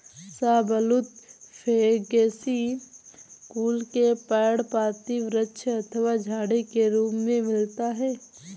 शाहबलूत फैगेसी कुल के पर्णपाती वृक्ष अथवा झाड़ी के रूप में मिलता है